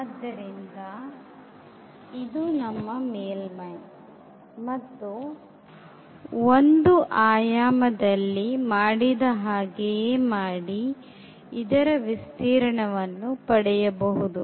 ಆದ್ದರಿಂದ ಇದು ನಮ್ಮ ಮೇಲ್ಮೈ ಮತ್ತು1 ಆಯಾಮದಲ್ಲಿ ಮಾಡಿದ ಹಾಗೆಯೇ ಮಾಡಿ ಇದರ ವಿಸ್ತೀರ್ಣವನ್ನು ಪಡೆಯಬಹುದು